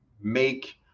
make